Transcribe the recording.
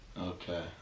Okay